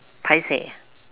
paiseh